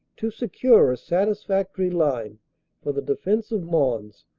to secure a satisfactory line for the defense of mons,